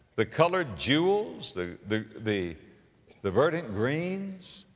the colored jewels, the, the, the the verdant greens,